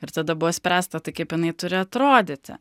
ir tada buvo spręsta tai kaip jinai turi atrodyti